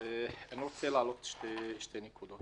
אני רוצה להעלות שתי נקודות.